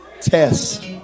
test